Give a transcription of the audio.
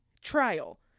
trial